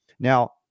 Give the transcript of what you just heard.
Now